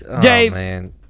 Dave